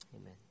Amen